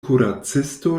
kuracisto